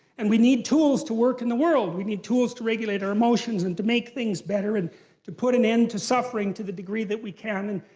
and we need tools to work in the world. we need tools to regulate our emotions and to make things better and to put an end to suffering to the degree that we can. and